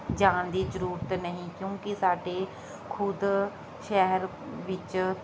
ਜਾਣ ਦੀ ਜ਼ਰੂਰਤ ਨਹੀਂ ਕਿਉਂਕਿ ਸਾਡੇ ਖੁਦ ਸ਼ਹਿਰ ਵਿੱਚ